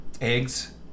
eggs